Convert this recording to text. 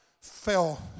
fell